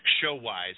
show-wise